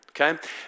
Okay